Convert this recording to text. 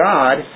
God